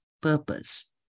purpose